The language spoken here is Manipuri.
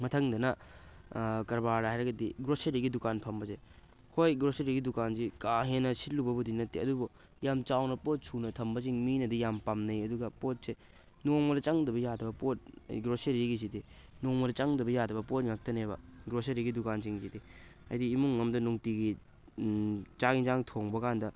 ꯃꯊꯪꯗꯅ ꯀꯔꯕꯥꯔ ꯍꯥꯏꯔꯒꯗꯤ ꯒ꯭ꯔꯣꯁꯔꯤꯒꯤ ꯗꯨꯀꯥꯟ ꯐꯝꯕꯁꯦ ꯍꯣꯏ ꯒ꯭ꯔꯣꯁꯔꯤꯒꯤ ꯗꯨꯀꯥꯟꯁꯤ ꯀꯥ ꯍꯦꯟꯅ ꯁꯤꯠꯂꯨꯕꯕꯨꯗꯤ ꯅꯠꯇꯦ ꯑꯗꯨꯕꯨ ꯌꯥꯝ ꯆꯥꯎꯅ ꯄꯣꯠ ꯁꯨꯅ ꯊꯝꯕꯁꯤꯡ ꯃꯤꯅꯗꯤ ꯌꯥꯝ ꯄꯥꯝꯅꯩ ꯑꯗꯨꯒ ꯄꯣꯠꯁꯦ ꯅꯣꯡꯃꯗ ꯆꯪꯗꯕ ꯌꯥꯗꯕ ꯄꯣꯠ ꯒ꯭ꯔꯣꯁꯔꯤꯒꯤꯁꯤꯗꯤ ꯅꯣꯡꯃꯗ ꯆꯪꯗꯕ ꯌꯥꯗꯕ ꯄꯣꯠ ꯉꯥꯛꯇꯅꯦꯕ ꯒ꯭ꯔꯣꯁꯔꯤꯒꯤ ꯗꯨꯀꯥꯟꯁꯤꯡꯁꯤꯗꯤ ꯍꯥꯏꯗꯤ ꯏꯃꯨꯡ ꯑꯝꯗ ꯅꯨꯡꯇꯤꯒꯤ ꯆꯥꯛ ꯏꯟꯖꯥꯡ ꯊꯣꯡꯕꯀꯥꯟꯗ